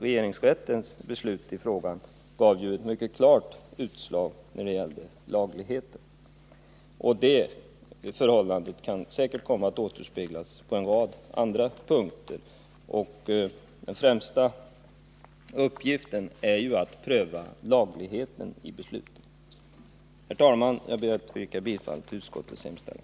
Regeringsrättens beslut i frågan gav ju ett mycket klart utslag i frågan om lagligheten. Sådana förhållanden kan säkerligen komma att återspeglas på en rad andra punkter. Den främsta uppgiften i de aktuella besvärsärendena blir ju att pröva Nr 129 lagligheten i besluten. Torsdagen den Herr talman! Jag ber att få yrka bifall till utskottets hemställan.